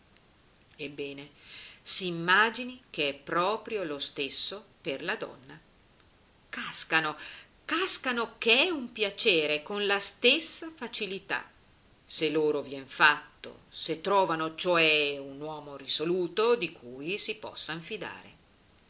resistere ebbene s'immagini che è proprio lo stesso per la donna cascano cascano che è un piacere con la stessa facilità se loro vien fatto se trovano cioè un uomo risoluto di cui si possan fidare